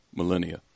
millennia